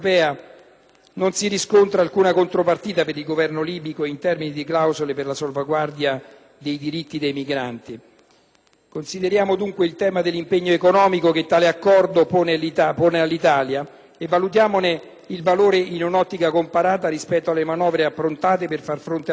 non si riscontra alcuna contropartita per il governo libico in termini di clausole per la salvaguardia dei diritti dei migranti. Consideriamo, dunque, il tema dell'impegno economico che tale Accordo pone all'Italia, e valutiamone il valore in ottica comparata rispetto alle manovre approntate per far fronte alla crisi: